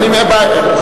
אני לא בטוח,